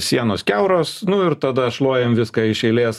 sienos kiauros nu ir tada šluojam viską iš eilės